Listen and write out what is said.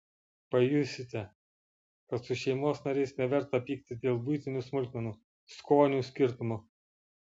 pajusite kad su šeimos nariais neverta pyktis dėl buitinių smulkmenų skonių skirtumo